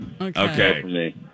Okay